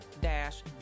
dash